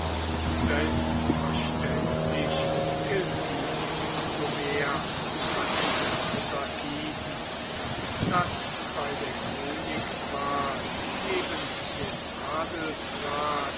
selbstverständlich gilt dies um so mehr von den arsakiden daß bei der königswahl neben dem